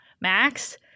Max